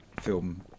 film